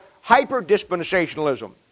hyper-dispensationalism